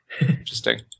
interesting